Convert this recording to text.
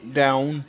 down